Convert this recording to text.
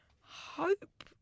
hope